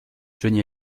johnny